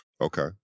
Okay